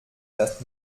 erst